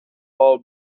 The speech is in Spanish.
paul